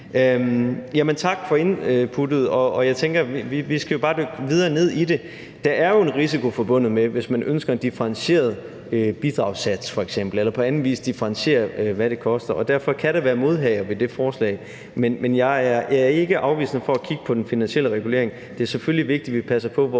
at vi bare skal dykke videre ned i det. Der er jo en risiko forbundet med det, hvis man f.eks. ønsker en differentieret bidragssats eller man på anden vis vil differentiere, hvad det koster, og derfor kan der være modhager ved det forslag. Men jeg er ikke afvisende over for at kigge på den finansielle regulering. Det er selvfølgelig vigtigt, at vi passer på